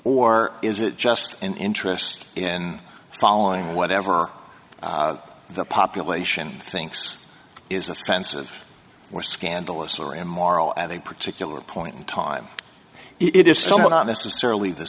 or is it just an interest in following whatever the population thinks is offensive or scandalous or in morrow at a particular point in time it is somehow not necessarily the